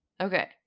Okay